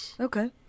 Okay